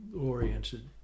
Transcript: oriented